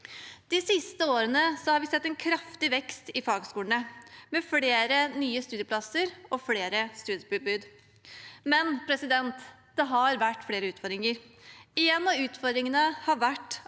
De siste årene har vi sett en kraftig vekst i fagskolene, med flere nye studieplasser og flere studietilbud. Det har imidlertid vært flere utfordringer. Én av utfordringene har vært